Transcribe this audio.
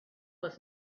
was